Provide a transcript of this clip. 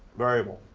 variable,